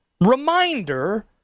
reminder